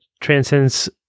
transcends